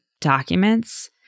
documents